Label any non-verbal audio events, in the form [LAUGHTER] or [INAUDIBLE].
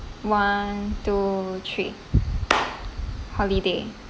one two three [NOISE] holiday